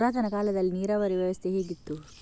ಪುರಾತನ ಕಾಲದಲ್ಲಿ ನೀರಾವರಿ ವ್ಯವಸ್ಥೆ ಹೇಗಿತ್ತು?